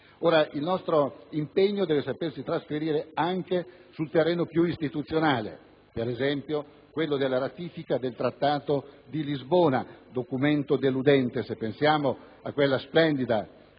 Ora il nostro impegno deve sapersi trasferire anche sul terreno più istituzionale, per esempio quello della ratifica del Trattato di Lisbona, un documento deludente se pensiamo alla splendida